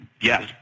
yes